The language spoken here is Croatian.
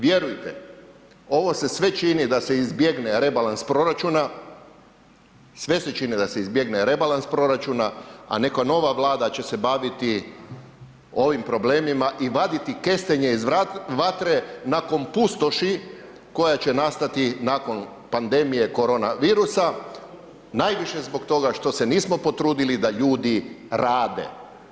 Vjerujte, ovo se sve čini da se izbjegne rebalans proračuna, sve se čini da se izbjegne rebalans proračuna, a neka nova Vlada će se baviti ovim problemima i vaditi kestenje iz vatre nakon pustoši koja će nastati nakon pandemije koronavirusa, najviše zbog toga što se nismo potrudili da ljudi rade.